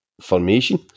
formation